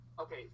Okay